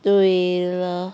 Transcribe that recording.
对 lor